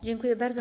Dziękuję bardzo.